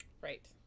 Right